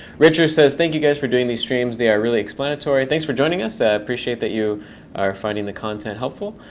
richard says, thank you, guys, for doing these streams. they are really explanatory. thanks for joining us. i ah appreciate that you are finding the content helpful.